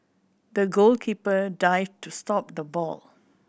the goalkeeper dived to stop the ball